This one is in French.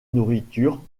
nourriture